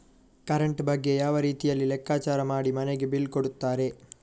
Current ಬಗ್ಗೆ ಯಾವ ರೀತಿಯಲ್ಲಿ ಲೆಕ್ಕಚಾರ ಮಾಡಿ ಮನೆಗೆ ಬಿಲ್ ಕೊಡುತ್ತಾರೆ?